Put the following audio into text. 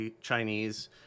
Chinese